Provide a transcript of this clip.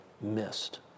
missed